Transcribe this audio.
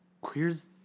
Queer's